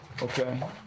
Okay